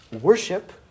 worship